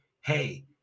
hey